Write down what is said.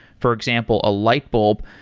for example, a light bulb.